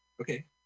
Okay